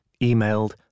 emailed